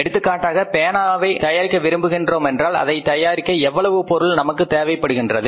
எடுத்துக்காட்டாக பேனாவை தயாரிக்க விரும்புகின்றோம் என்றால் அதை தயாரிக்க எவ்வளவு பொருள் நமக்கு தேவைப்படுகின்றது